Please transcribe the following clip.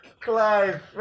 Clive